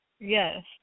Yes